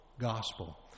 gospel